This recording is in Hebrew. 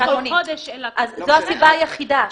זו הסיבה היחידה.